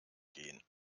gehen